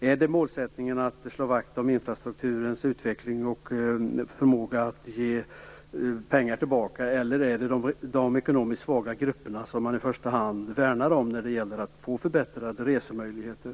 Är målsättningen att slå vakt om infrastrukturens utveckling och dess förmåga att ge pengar tillbaka, eller är det de ekonomiskt svaga grupperna man i första hand värnar om när det gäller förbättrade resemöjligheter?